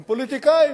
הם פוליטיקאים,